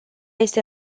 este